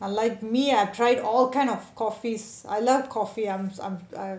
unlike me I tried all kind of coffees I love coffee I'm I'm I